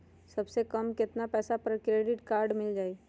सबसे कम कतना पैसा पर क्रेडिट काड मिल जाई?